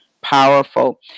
powerful